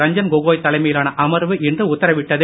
ரஞ்சன் கோகோய் தலைமையிலான அமர்வு இன்று உத்தரவிட்டது